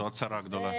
זו עוד צרה גדולה.